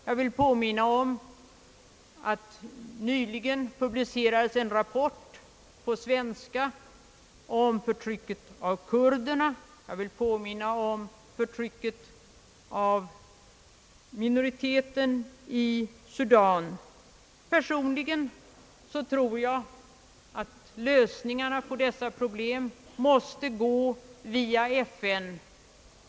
Jag vill påminna om att det nyligen har publicerats en rapport på svenska om förtrycket av kurderna. Jag vill på minna om förtrycket av minoriteten i Sudan. Personligen tror jag att samtliga dessa problem måste lösas via FN.